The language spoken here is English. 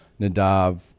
Nadav